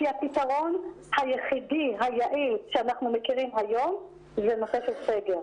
כי הפתרון היחידי היעיל שאנחנו מכירים היום זה הנושא של סגר.